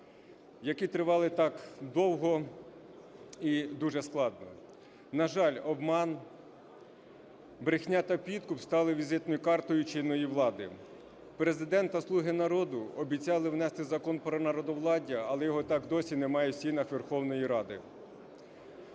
які тривали так довго і дуже складно. На жаль, обман, брехня та підкуп стали візитною картою чинної влади. Президент та "слуги народу" обіцяли внести закон про народовладдя, але його так досі немає в стінах Верховної Ради.